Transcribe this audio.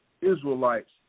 Israelites